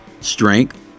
strength